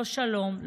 לא שלום,